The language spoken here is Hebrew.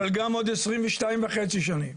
אבל גם עוד 22 וחצי שנים.